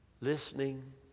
listening